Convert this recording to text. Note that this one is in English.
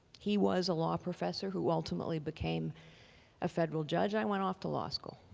he was a law professor who ultimately became a federal judge. i went off to law school.